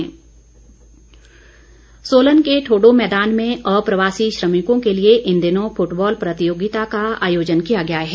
football Solan के ठोडो मैदान में अप्रवासी श्रमिकों के लिए इन दिनों फुटबॉल प्रतियोगिता का आयोजन किया गया है